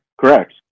correct